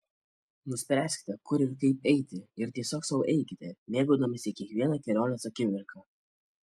nuspręskite kur ir kaip eiti ir tiesiog sau eikite mėgaudamiesi kiekviena kelionės akimirka